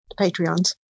Patreons